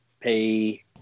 pay